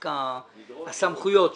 רק הסמכויות שונות.